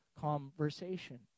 conversation